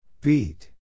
Beat